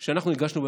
בממשלה שאנחנו הגשנו.